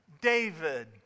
David